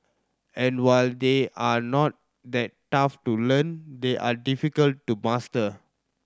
and while they are not that tough to learn they are difficult to master